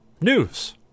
News